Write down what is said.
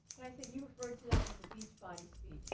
can i say you referred to that in the beachbody speech.